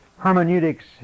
Hermeneutics